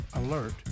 alert